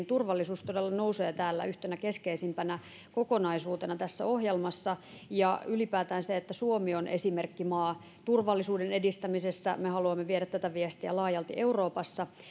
turvallisuus todella nousee yhtenä keskeisimpänä kokonaisuutena tässä ohjelmassa ja ylipäätään se että suomi on esimerkkimaa turvallisuuden edistämisessä me haluamme viedä tätä viestiä laajalti euroopassa